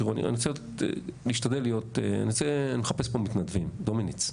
תיראו, אני מחפש פה מתנדבים, דומיניץ.